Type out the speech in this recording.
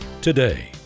today